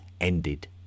ended